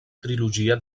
trilogia